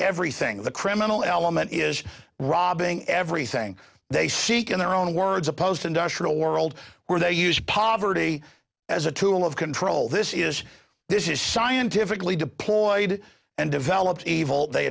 everything the criminal element is robbing everything they speak in their own words a post industrial world where they use poverty as a tool of control this is this is scientifically deployed and developed evil they